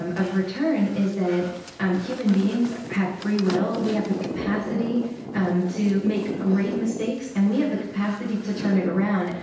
um of return, is that human beings have free will. we have the capacity um to make great mistakes. and we have the capacity to turn it around.